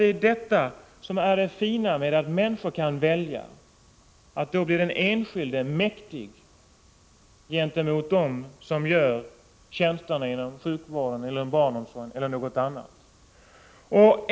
Det är detta som är det fina med att människor kan välja, att då blir den enskilde mäktig gentemot dem som gör tjänsterna inom sjukvården eller barnomsorgen eller något annat.